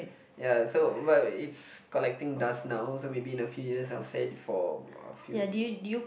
ya so but its collecting dust now so maybe in a few years I will send for a few